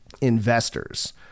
investors